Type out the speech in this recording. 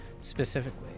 specifically